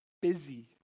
busy